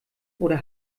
oder